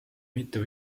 mitu